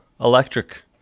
electric